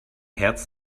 herz